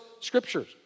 scriptures